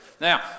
Now